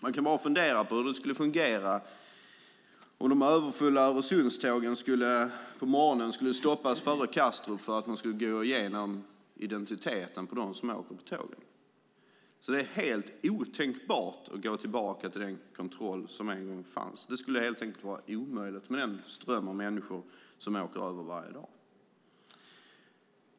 Man kan fundera på hur det skulle fungera om de överfulla Öresundstågen på morgonen skulle stoppas före Kastrup för att man skulle kontrollera identiteten på dem som åker med tåget. Det är helt otänkbart att gå tillbaka till den kontroll som en gång fanns. Det skulle helt enkelt vara omöjligt med den ström av människor som åker över varje dag.